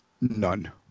None